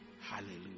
Hallelujah